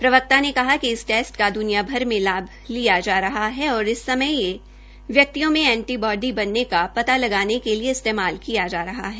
प्रवक्ता ने कहा कि इस टेस्ट का दुनियाभर में लाभ लिया जा रहा है और इस समय ये व्यक्तियों में एंटी बॉडी बनाने का पता लगाने के लिए इस्तेमाल किया जा रहा है